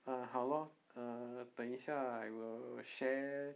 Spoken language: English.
uh 好 lor uh 等一下 I will share